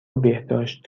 بهداشت